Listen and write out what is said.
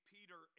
Peter